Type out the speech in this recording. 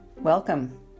Welcome